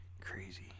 Crazy